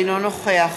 אינו נוכח